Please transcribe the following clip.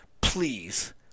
please